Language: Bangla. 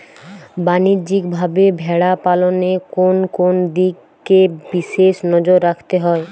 বাণিজ্যিকভাবে ভেড়া পালনে কোন কোন দিকে বিশেষ নজর রাখতে হয়?